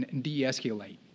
de-escalate